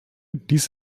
dies